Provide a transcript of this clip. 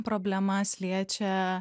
problemas liečia